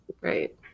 right